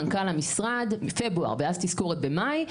מנכ"ל המשרד מפברואר ואז תזכורת במאי.